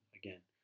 again